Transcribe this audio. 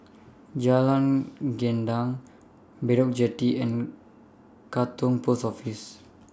Jalan Gendang Bedok Jetty and Katong Post Office